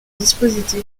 dispositif